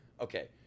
Okay